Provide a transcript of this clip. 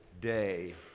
day